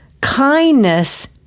kindness